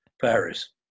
Paris